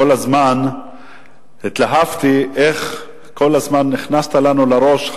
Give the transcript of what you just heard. כל הזמן התלהבתי איך כל הזמן הכנסת לנו לראש את